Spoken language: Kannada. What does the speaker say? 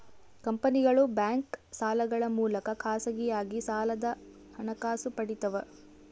ಕಂಪನಿಗಳು ಬ್ಯಾಂಕ್ ಸಾಲಗಳ ಮೂಲಕ ಖಾಸಗಿಯಾಗಿ ಸಾಲದ ಹಣಕಾಸು ಪಡಿತವ